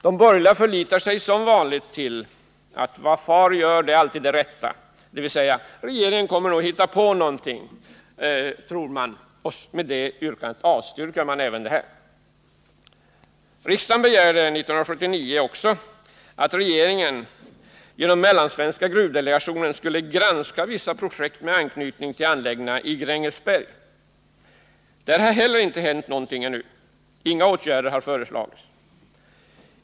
De borgerliga förlitar sig som vanligt till att vad far gör är alltid det rätta, dvs. regeringen kommer nog att hitta på någonting. Med det argumentet avstyrker man även detta förslag. Riksdagen begärde 1979 bl.a. att regeringen genom mellansvenska gruvdelegationen skulle granska vissa projekt med anknytning till anläggningarna i Grängesberg. Där har heller inte hänt någonting ännu — inga åtgärder har föreslagits.